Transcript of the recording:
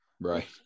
Right